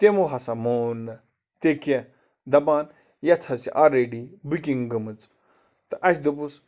تِمو ہسا مون نہٕ تہِ کیٚنٛہہ دَپان یَتھ حظ چھِ آلرٔڈی بُکِنٛگ گٔمٕژ تہٕ اَسہِ دوٚپُس